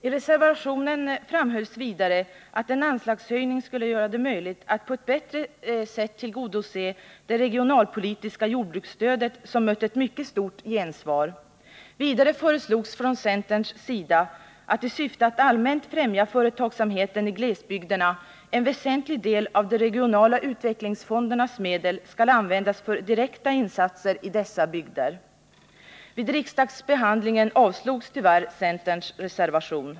I reservationen framhölls vidare att en anslagshöjning skulle göra det möjligt att på ett bättre sätt tillgodose det regionalpolitiska jordbruksstödet som mött ett mycket stort gensvar. Vidare föreslogs från centerns sida att i syfte att allmänt främja företagsamheten i glesbygderna en väsentlig del av de regionala utvecklingsfondernas medel skall användas för direkta insatser i dessa bygder. Vid riksdagsbehandlingen avslogs tyvärr centerns reservation.